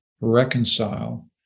reconcile